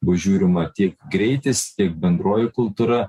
bus žiūrima tiek greitis tiek bendroji kultūra